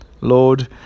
Lord